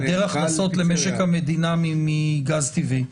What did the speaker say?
בהיעדר ההכנסות למשק המדינה מגז טבעי,